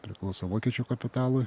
priklauso vokiečių kapitalui